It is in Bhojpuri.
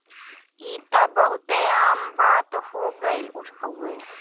ई त बहुते आम बात हो गइल हउवे